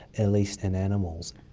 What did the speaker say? at least in animals.